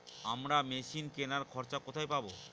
আমরা মেশিন কেনার খরচা কোথায় পাবো?